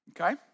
okay